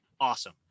awesome